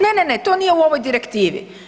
Ne, ne, ne to nije u ovoj direktivi.